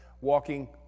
walking